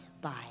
Bye